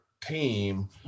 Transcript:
team